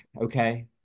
Okay